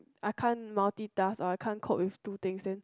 I can't multitask or I can't cope with two things then